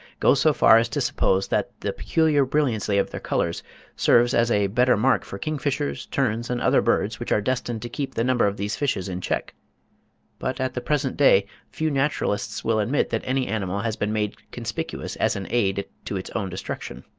goes so far as to suppose that the peculiar brilliancy of their colours serves as a better mark for king-fishers, terns, and other birds which are destined to keep the number of these fishes in check but at the present day few naturalists will admit that any animal has been made conspicuous as an aid to its own destruction.